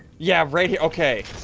yeah right here okay